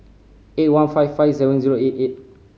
eight one five five seven zero eight eight